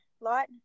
lot